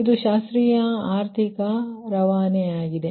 ಆದ್ದರಿಂದ ಇದು ಶಾಸ್ತ್ರೀಯ ಆರ್ಥಿಕ ರವಾನೆ ಆಗಿದೆ